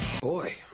Boy